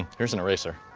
here's an eraser.